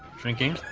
shrinking